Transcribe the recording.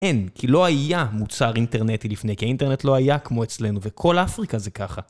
אין, כי לא היה מוצר אינטרנטי לפני, כי האינטרנט לא היה כמו אצלנו, וכל אפריקה זה ככה.